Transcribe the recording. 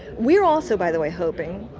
we are also, by the way, hoping,